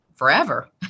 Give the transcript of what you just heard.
forever